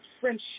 friendship